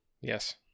Yes